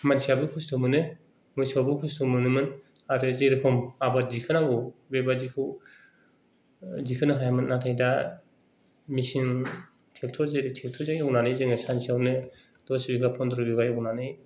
मानसियाबो खस्थ' मोनो मोसोवाबो खस्थ' मोनोमोन आरो जेरेखम आबाद दिखोनांगौ बेबादिखौ दिखोनो हायामोन नाथाय दा मेसिन ट्रेक्टर जेरै ट्रेक्टरजों एवनानै सानसेयावनो दस बिगा पनद्र' बिगा एवनानै